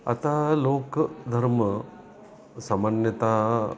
आता लोक धर्म सामान्यतः